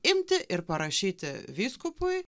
imti ir parašyti vyskupui